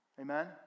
Amen